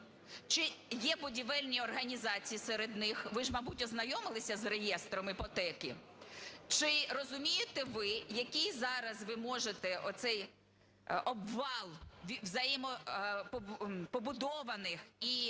чи є будівельні організації серед них, ви ж, мабуть, ознайомилися з реєстром іпотеки? Чи розумієте ви, який зараз ви можете оцей обвал взаємопобудованих і